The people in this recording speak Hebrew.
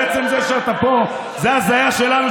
עצם זה שאתה פה זה הזיה שלנו,